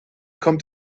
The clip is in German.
kommt